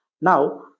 Now